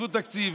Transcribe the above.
עזבו תקציב,